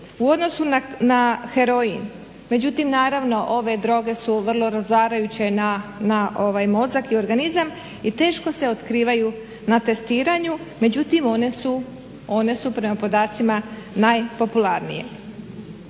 u odnosu na heroin. Međutim, naravno ove droge su vrlo razarajuće na mozak i organizam i teško se otkrivaju na testiranju međutim one su prema podacima najpopularnije.